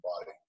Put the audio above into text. body